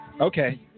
Okay